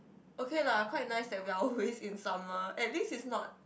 okay lah quite nice that we are always in summer at least it's not